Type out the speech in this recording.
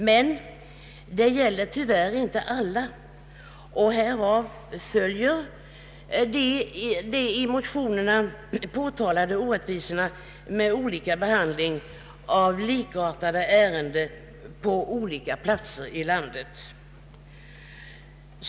Men det gäller tyvärr inte alla, och härigenom uppstår de i motionerna påtalade orättvisorna vid behandlingen av likartade ärenden på olika platser i landet.